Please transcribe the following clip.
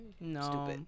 no